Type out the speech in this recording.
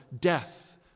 death